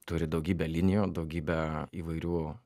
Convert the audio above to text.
turi daugybę linijų daugybę įvairių